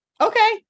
okay